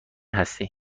هستی